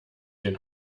den